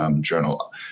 journal